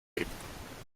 lebten